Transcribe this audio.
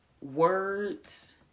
words